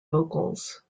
vocals